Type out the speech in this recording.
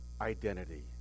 identity